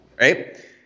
Right